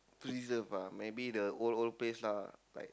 preserve ah maybe the old old place lah like